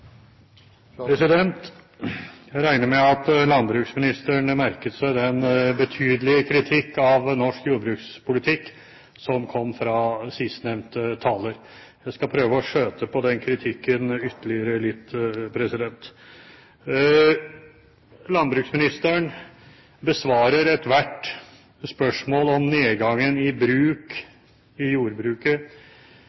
Jeg regner med at landbruksministeren merket seg den betydelige kritikk av norsk jordbrukspolitikk som kom fra sistnevnte taler. Jeg skal prøve å skjøte på den kritikken ytterligere litt. Landbruksministeren besvarer ethvert spørsmål om nedgangen i bruk